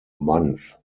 month